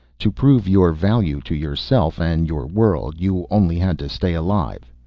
to prove your value to yourself and your world, you only had to stay alive.